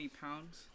pounds